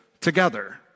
together